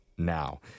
Now